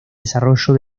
desarrollo